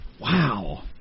Wow